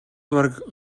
бараг